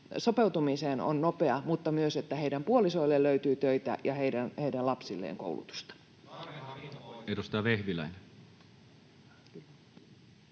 sopeutumiseen on nopea, mutta myös sitä, että heidän puolisoilleen löytyy töitä ja heidän lapsilleen